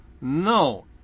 No